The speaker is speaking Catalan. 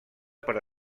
per